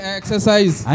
exercise